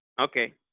Okay